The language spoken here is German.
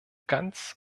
ganz